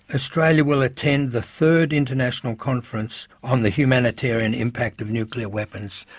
australia will attend the third international conference on the humanitarian impact of nuclear weapons,